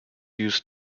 use